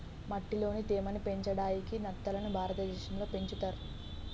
మట్టిలోని తేమ ని పెంచడాయికి నత్తలని భారతదేశం లో పెంచుతర్